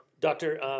Doctor